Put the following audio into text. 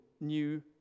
new